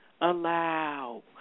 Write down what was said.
allow